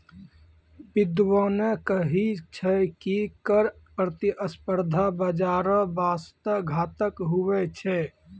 बिद्यबाने कही छै की कर प्रतिस्पर्धा बाजारो बासते घातक हुवै छै